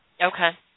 Okay